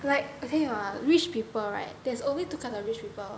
like okay !wah! rich people right there's always two kinds rich people